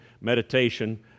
meditation